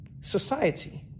society